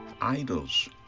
idols